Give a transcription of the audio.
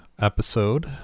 episode